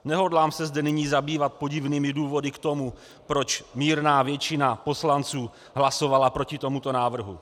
Nehodlám se zde nyní zabývat podivnými důvody k tomu, proč mírná většina poslanců hlasovala proti tomuto návrhu.